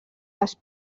les